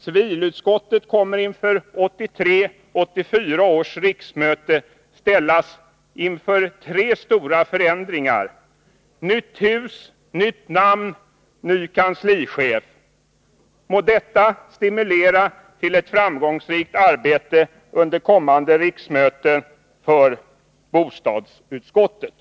Jag vill slutligen peka på att civilutskottet inför 1983/84 års riksmöte kommer att ställas inför tre stora förändringar: nytt hus, nytt namn och ny kanslichef. Må detta stimulera till ett framgångsrikt arbete under kommande riksmöten för bostadsutskottet!